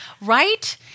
Right